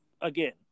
again